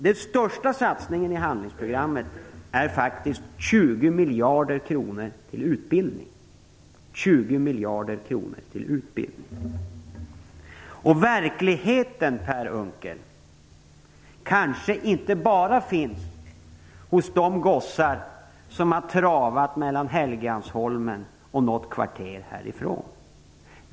Den största satsningen i handlingsprogrammet är faktiskt 20 miljarder kronor till utbildning. Verkligheten, Per Unckel, finns kanske inte bara hos de gossar som har travat mellan Helgeandsholmen och ett kvarter inte långt härifrån.